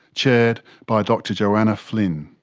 chaired by dr joanna flynn.